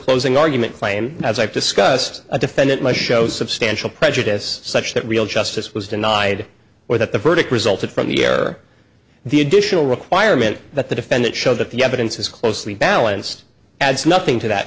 closing argument claim as i've discussed a defendant my show substantial prejudice such that real justice was denied or that the verdict resulted from the error the additional requirement that the defendant show that the evidence is closely balanced adds nothing to that